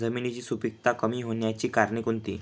जमिनीची सुपिकता कमी होण्याची कारणे कोणती?